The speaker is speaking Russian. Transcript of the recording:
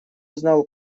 знал